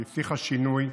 היא הבטיחה שינוי,